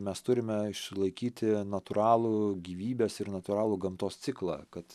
mes turime išlaikyti natūralų gyvybės ir natūralų gamtos ciklą kad